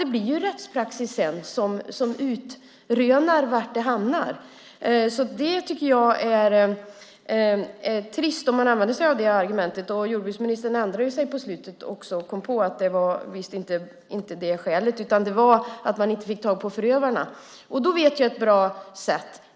Sedan är det rättspraxis som visar var gränserna hamnar. Det är trist att använda sig av det argumentet, men jordbruksministern ändrade sig på slutet och kom på att det inte var fråga om det skälet. I stället var det fråga om att det inte går att få tag på förövarna. Jag vet ett bra sätt.